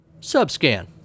Subscan